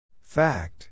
Fact